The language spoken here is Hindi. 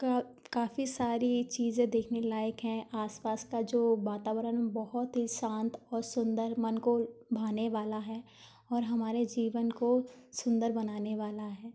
क काफ़ी सारी चीजें देखने लायक हैं आसपास का जो वातावरण बहुत ही शांत और सुंदर मन को भाने वाला है और हमारे जीवन को सुंदर बनाने वाला है